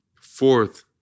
fourth